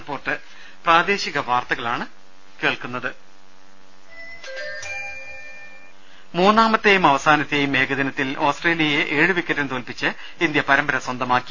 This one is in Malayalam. രദേശ മൂന്നാമത്തെയും അവസാനത്തെയും ഏകദിനത്തിൽ ഓസ്ട്രേലിയയെ ഏഴു വിക്കറ്റിന് തോല്പിച്ച് ഇന്ത്യ പരമ്പര സ്വന്തമാക്കി